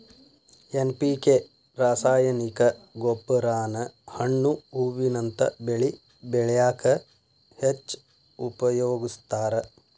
NPK ರಾಸಾಯನಿಕ ಗೊಬ್ಬರಾನ ಹಣ್ಣು ಹೂವಿನಂತ ಬೆಳಿ ಬೆಳ್ಯಾಕ ಹೆಚ್ಚ್ ಉಪಯೋಗಸ್ತಾರ